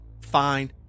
Fine